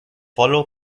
follow